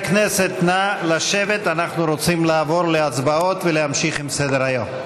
אנחנו רוצים לעבור להצבעות ולהמשיך בסדר-היום.